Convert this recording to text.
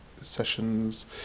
sessions